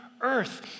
earth